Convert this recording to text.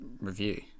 review